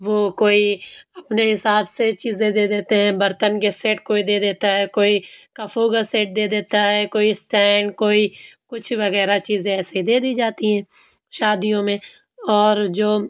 وہ کوئی اپنے حساب سے چیزے دے دیتے ہیں برتن کے سیٹ کوئی دے دیتا ہے کوئی کفو کا سیٹ دیتا ہے کوئی سٹینڈ کوئی کچھ وغیرہ چیزیں ایسی دے دی جاتی ہیں شادیوں میں اور جو